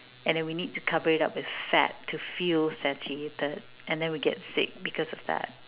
and then we need to cover it up with fat to feel satiated and then we get sick because of that